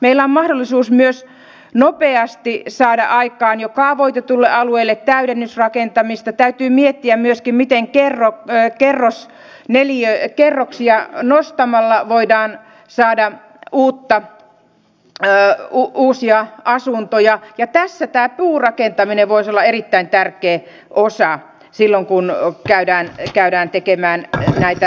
meillä on mahdollisuus myös nopeasti saada aikaan jo kaavoitetuille alueille täydennysrakentamista ja täytyy miettiä myöskin miten kerro kerros neljä ja kerro kerroksia nostamalla voidaan saada uusia asuntoja ja tässä tämä puurakentaminen voisi olla erittäin tärkeä osa silloin kun käydään tekemään näitä lisäkerroksia